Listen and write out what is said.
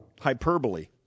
hyperbole